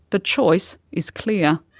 the choice is clear.